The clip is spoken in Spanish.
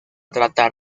tratar